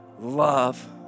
love